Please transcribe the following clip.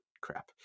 crap